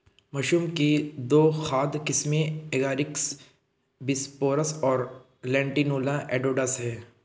mushroom की दो खाद्य किस्में एगारिकस बिस्पोरस और लेंटिनुला एडोडस है